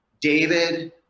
David